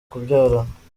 kubyarana